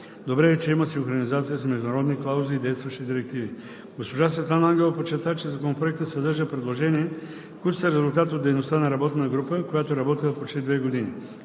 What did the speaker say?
Добре е, че има синхронизация с международни клаузи и действащи директиви. Госпожа Светлана Ангелова подчерта, че Законопроектът съдържа предложения, които са резултат от дейността на работна група, която е работила почти две години.